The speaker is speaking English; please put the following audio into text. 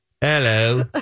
Hello